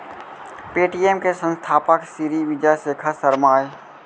Paytm के संस्थापक सिरी विजय शेखर शर्मा अय